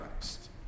Christ